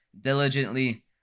Diligently